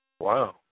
Wow